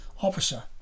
officer